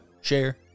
share